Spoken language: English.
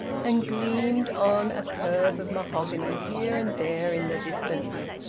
and gleamed on a curve of mahogany here and there in the distances.